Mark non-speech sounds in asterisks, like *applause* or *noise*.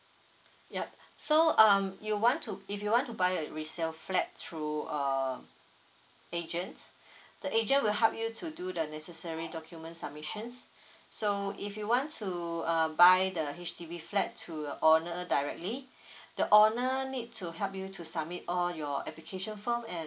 yup so um you want to if you want to buy a resale flat through err agents *breath* the agent will help you to do the necessary document submissions *breath* so if you want to uh buy the H_D_B flat to the owner directly *breath* the owner need to help you to submit all your application form and